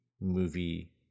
movie